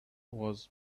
was